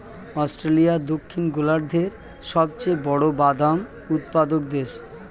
Australia দক্ষিণ গোলার্ধের সবচেয়ে বড় বাদাম উৎপাদক দেশ